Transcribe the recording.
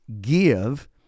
Give